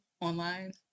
Online